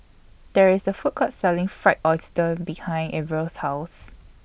There IS A Food Court Selling Fried Oyster behind Arvil's House